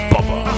Bubba